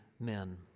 men